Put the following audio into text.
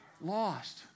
Lost